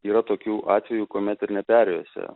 yra tokių atvejų kuomet ne perėjose